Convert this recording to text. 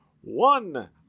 one